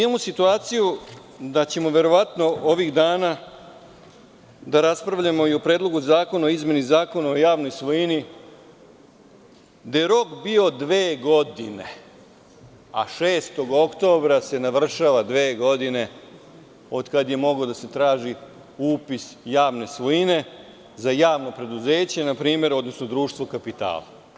Imamo situaciju da ćemo verovatno ovih dana da raspravljamo i o Predlogu zakona o izmeni Zakona o javnoj svojini, gde je rok bio dve godine, a 6. oktobra se navršava dve godine od kad je mogao da se traži upis javne svojine za javno preduzeće npr, odnosno društvo kapitala.